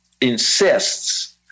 insists